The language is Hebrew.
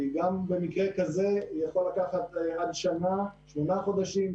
ובמקרה כזה יכול לקחת שמונה חודשים,